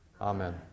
Amen